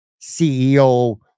CEO